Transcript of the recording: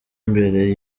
imbere